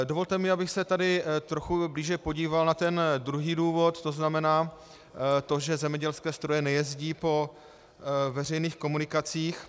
Dovolte mi, abych se tady trochu blíže podíval na ten druhý důvod, to znamená to, že zemědělské stroje nejezdí po veřejných komunikacích.